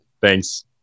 Thanks